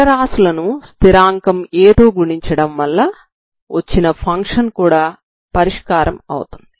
చరరాశులను స్థిరాంకం a తో గుణించడం వల్ల వచ్చిన ఫంక్షన్ కూడా పరిష్కారం అవుతుంది